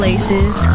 Places